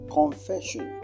confession